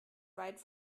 weit